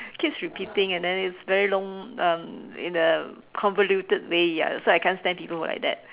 keeps repeating and then it's very long um in a convoluted way ya so I can't stand people who are like that